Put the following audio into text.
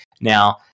now